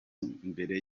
mbere